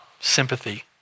Sympathy